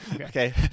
Okay